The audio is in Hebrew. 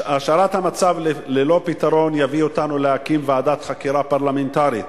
השארת המצב ללא פתרון יביא אותנו להקים ועדת חקירה פרלמנטרית.